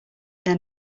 their